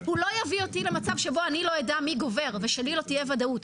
הוא לא יביא אותי למצב שבו אני לא אדע מי גובר ושלי לא תהיה ודאות.